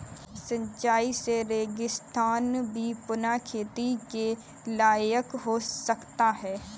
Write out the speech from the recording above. सिंचाई से रेगिस्तान भी पुनः खेती के लायक हो सकता है